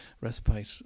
respite